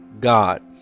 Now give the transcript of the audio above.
god